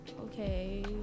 okay